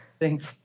thanks